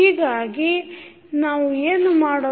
ಹೀಗಾಗಿ ನಾವು ಏನು ಮಾಡುತ್ತೇವೆ